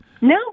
No